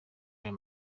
real